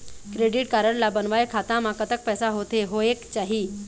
Credit card ला बनवाए खाता मा कतक पैसा होथे होएक चाही?